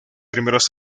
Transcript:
primeros